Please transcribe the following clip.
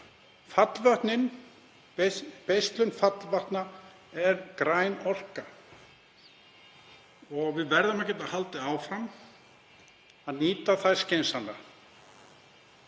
orka, beislun fallvatna er græn orka og við verðum að geta haldið áfram að nýta þau skynsamlega.